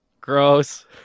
gross